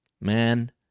man